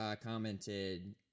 commented